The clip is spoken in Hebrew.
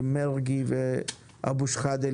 חברי הכנסת מרגי ואבו שחאדה,